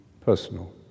personal